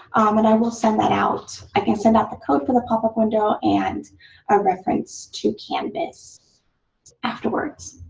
and i will send that out. i can send out the code for the pop-up window and a reference to canvas afterwards